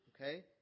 Okay